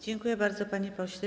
Dziękuję bardzo, panie pośle.